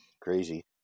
crazy